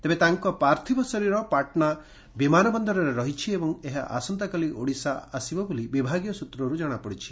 ତେବେ ତାଙ୍କ ପାର୍ଥିବ ଶରୀର ପାଟନା ବିମାନ ବନ୍ଦରରେ ରହିଛି ଏବଂ ଏହା ଆସନ୍ତାକାଲି ଓଡିଶା ଆସିବ ବୋଲି ବିଭାଗୀୟ ସ୍ତ୍ରରୁ ଜଶାପଡିଛି